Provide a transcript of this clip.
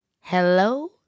Hello